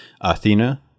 Athena